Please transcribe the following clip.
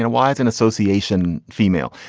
and why is an association female,